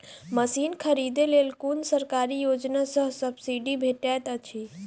Machine खरीदे लेल कुन सरकारी योजना सऽ सब्सिडी भेटैत अछि?